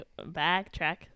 backtrack